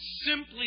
simply